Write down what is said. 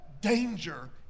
danger